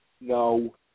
No